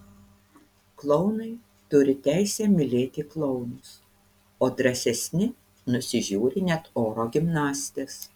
klounai turi teisę mylėti klounus o drąsesni nusižiūri net oro gimnastes